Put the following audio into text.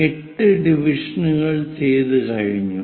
8 ഡിവിഷനുകൾ ചെയ്തു കഴിഞ്ഞു